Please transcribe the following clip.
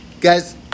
guys